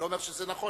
אני לא אומר שזה נכון.